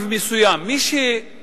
היסטורי מסוים בכוח